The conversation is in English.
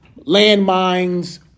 landmines